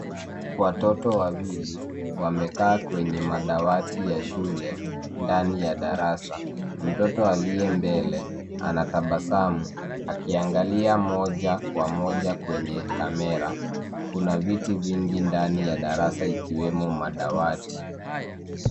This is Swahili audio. Watoto wawili wamekaa kwenye madawati ya shule ndani ya darasa. Mtoto aliye mbele anatabasamu akiangalia moja kwa moja kwenye kamera. Kuna viti vingi ndani ya darasa ikiwemo madawati.